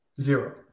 zero